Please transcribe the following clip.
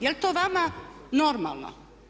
Jel' to vama normalno?